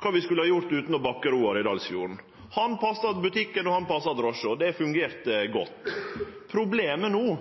kva vi skulle gjort utan han Bakke-Roar i Dalsfjorden. Han passa butikken, og han passa drosja. Det fungerte godt. Problemet no